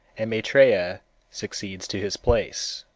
and maitreya succeeds to his place.